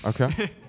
Okay